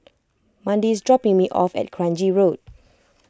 Mandi is dropping me off at Kranji Road